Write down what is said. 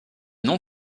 nom